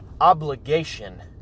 obligation